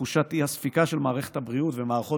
ותחושת האי-ספיקה של מערכת הבריאות ומערכות